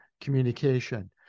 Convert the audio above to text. communication